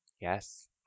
Yes